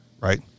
right